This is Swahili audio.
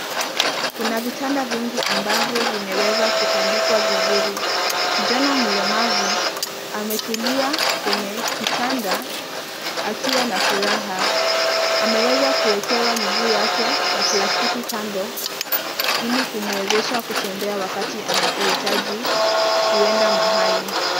Kuna vitanda vingi ambavyo vimeweza kutandikwa vizuri kijana mlemavu ametulia kwenye kitanda akiwa na furaha ameweza kuwekewa miguu yake ya plastiki kando ili kumwezesha kutembea wakati anapo hitaji kwenda mahali.